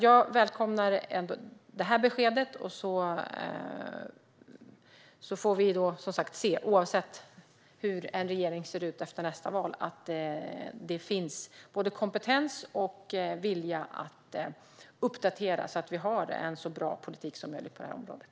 Jag välkomnar beskedet från utrikesministern. Oavsett hur regeringen kommer att se ut efter nästa val kommer vi att behöva se till att det finns kompetens och vilja att uppdatera, så att vi har en så bra politik som möjligt på det här området.